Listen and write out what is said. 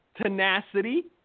tenacity